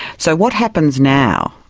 so what happens now,